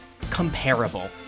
comparable